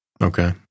Okay